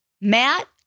Matt